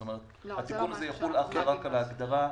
זאת אומרת התיקון הזה יחול אך ורק על ההגדרה -- לא,